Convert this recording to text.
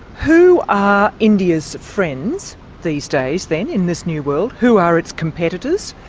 who are india's friends these days, then, in this new world, who are its competitors,